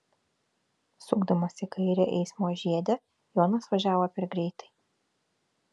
sukdamas į kairę eismo žiede jonas važiavo per greitai